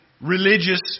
religious